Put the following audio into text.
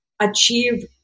achieve